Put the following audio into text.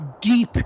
deep